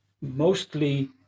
mostly